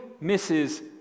misses